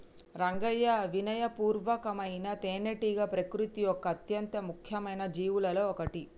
రంగయ్యా వినయ పూర్వకమైన తేనెటీగ ప్రకృతి యొక్క అత్యంత ముఖ్యమైన జీవులలో ఒకటి